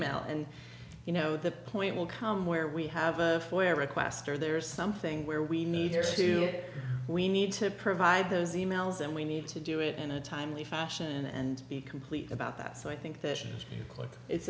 mail and you know the point will come where we have a lawyer request or there is something where we need to get we need to provide those emails and we need to do it in a timely fashion and be complete about that so i think that